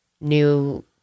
new